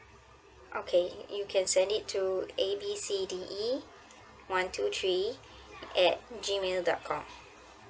okay you can send it to A_B_C_D_E one two three at G mail dot com